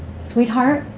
sweetheart,